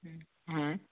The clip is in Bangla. হ্যাঁ